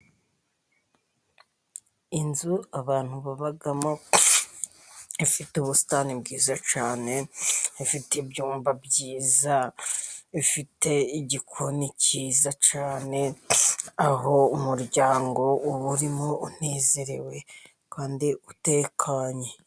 Inzu abantu babamo ifite ubusitani bwiza cyane, bafite ibyumba byiza bifite igikoni cyiza cyane, aho umuryango uba urimo unezerewe kandi utekanye.